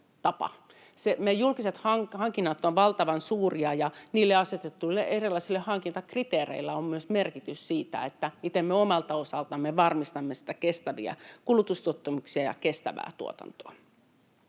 julkiset hankinnat ovat valtavan suuria, ja niille asetetuilla erilaisilla hankintakriteereillä on myös merkitys siinä, miten me omalta osaltamme varmistamme kestäviä kulutustottumuksia ja kestävää tuotantoa.